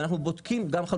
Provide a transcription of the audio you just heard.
ואנחנו בודקים גם חלופות.